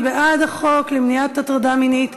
מי בעד החוק למניעת הטרדה מינית?